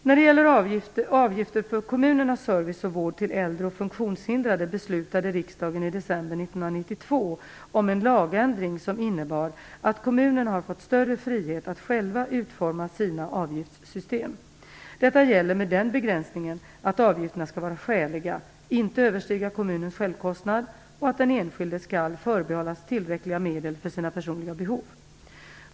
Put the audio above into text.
När det gäller avgifter för kommunernas service och vård till äldre och funktionshindrade beslutade riksdagen i december 1992 om en lagändring som innebar att kommunerna har fått större frihet att själva utforma sina avgiftssystem. Detta gäller med den begränsningen att avgifterna skall vara skäliga, inte överstiga kommunens självkostnad och att den enskilde skall förbehållas tillräckliga medel för sina personliga behov.